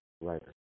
writer